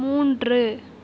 மூன்று